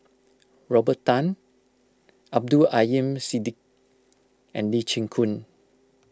Robert Tan Abdul Aleem Siddi and Lee Chin Koon